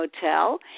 hotel